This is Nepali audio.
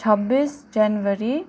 छब्बिस जनवरी